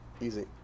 easy